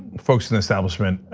folks in the establishment,